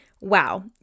Wow